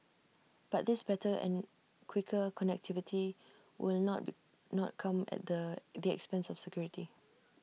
but this better and quicker connectivity will not not come at the the expense of security